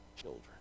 children